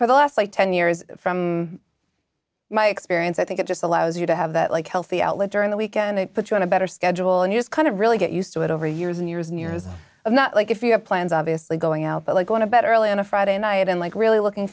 for the last ten years from my experience i think it just allows you to have that like healthy outlet during the week and it put you in a better schedule and use kind of really get used to it over years and years and years of not like if you have plans obviously going out there like going to bed early on a friday night and like really looking